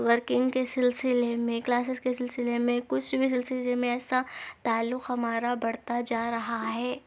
working کے سلسلے میں کلاسز کے سلسلے میں کچھ بھی سلسلے میں ایسا تعلق ہمارا بڑھتا جا رہا ہے